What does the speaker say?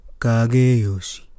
kageyoshi